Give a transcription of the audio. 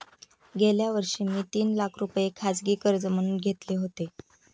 गेल्या वर्षी मी तीन लाख रुपये खाजगी कर्ज म्हणून घेतले होते